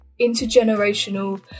intergenerational